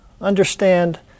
understand